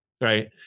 Right